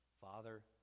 Father